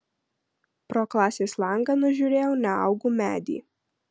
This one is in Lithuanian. pro klasės langą nužiūrėjau neaugų medį